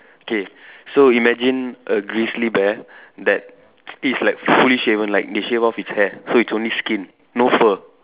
okay so imagine a grizzly bear that it's like fully shaven like they shave off his hair so it's only skin no fur